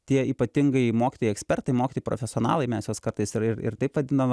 tie ypatingai mokytojai ekspertai mokytojai profesionalai mes juos kartais ir ir taip vadinam